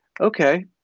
Okay